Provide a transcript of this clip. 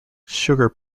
sugar